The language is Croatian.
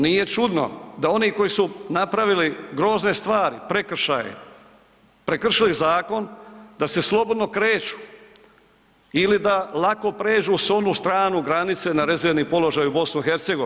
Nije čudno da oni koji su napravili grozne stvari, prekršaje, prekršili zakon, da se slobodno kreću ili da lako pređu s onu stranu granice na rezervni položaj u BiH.